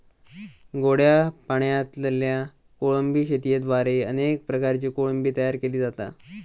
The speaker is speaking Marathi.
गोड्या पाणयातल्या कोळंबी शेतयेद्वारे अनेक प्रकारची कोळंबी तयार केली जाता